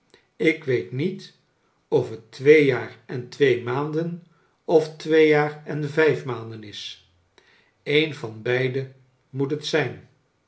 ik weet niet of het twee jaar en twee maanden of twee jaar en vijf maanden is een van beide moet het zijn